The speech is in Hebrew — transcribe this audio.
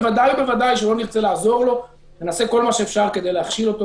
בוודאי ובוודאי שלא רצה לעזור לו ונעשה כל מה שאפשר כדי להכשיל אותו.